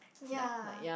ya